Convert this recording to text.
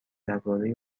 درباره